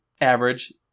average